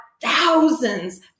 thousands